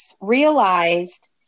realized